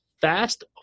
fast